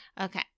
Okay